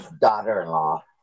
daughter-in-law